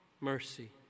mercy